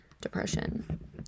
depression